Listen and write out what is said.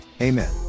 Amen